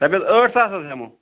رۄپیَس ٲٹھ ساس حظ ہٮ۪مَو